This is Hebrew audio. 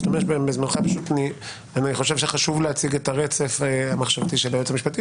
אני חשוב שחשוב להציג את הרצף המחשבתי של היועץ המשפטי.